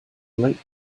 late